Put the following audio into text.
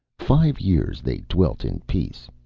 five years they dwelt in peace.